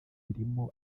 zirimo